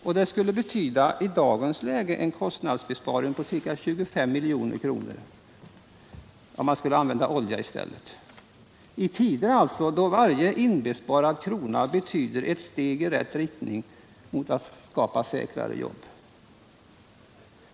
I dagens — Norrland läge skulle det betyda en kostnadsbesparing på ca 25 milj.kr. om man jämför med kostnaden för oljeenergi. Det är en ganska stor besparing i tider då varje sparad krona betyder ett steg i rätt riktning när det gäller att skapa säkrare jobb.